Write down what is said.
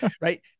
Right